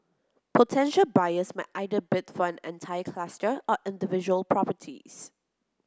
potential buyers may either bid for an entire cluster or individual properties